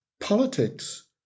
Politics